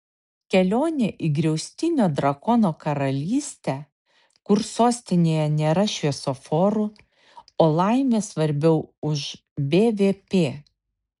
kelionė į griaustinio drakono karalystę kur sostinėje nėra šviesoforų o laimė svarbiau už bvp